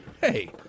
Hey